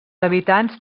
habitants